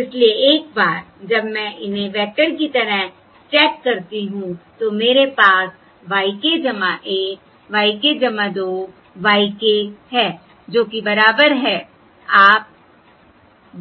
इसलिए एक बार जब मैं इन्हें वेक्टर की तरह स्टैक करती हूं तो मेरे पास y k 1 y k 2 y k है जो कि बराबर है आप देख सकते हैं